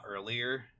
earlier